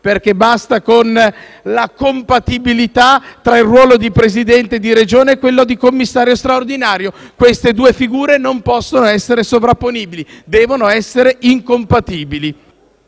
dire basta alla compatibilità tra il ruolo di Presidente di Regione e quello di commissario straordinario; queste due figure non possono essere sovrapponibili, ma devono essere incompatibili.